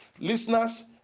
Listeners